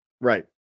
Right